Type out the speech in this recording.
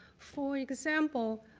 for example,